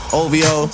ovo